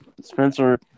Spencer